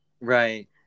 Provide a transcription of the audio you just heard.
Right